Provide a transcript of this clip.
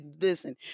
Listen